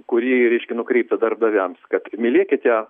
kuri reiškia nukreipta darbdaviams kad mylėkite